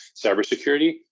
cybersecurity